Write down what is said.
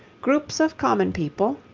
groups of common people,